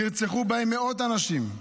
נרצחו בהם מאות אנשים,